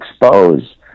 expose